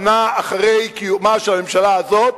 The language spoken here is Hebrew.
שנה אחרי קיומה של הממשלה הזאת,